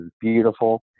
beautiful